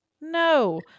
No